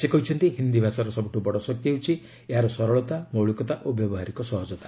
ସେ କହିଛନ୍ତି ହିନ୍ଦୀ ଭାଷାର ସବୁଠୁ ବଡ ଶକ୍ତି ହେଲା ଏହାର ସରଳତା ମୌଳିକତା ଓ ବ୍ୟବହାରିକ ସହଜତା